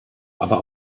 aber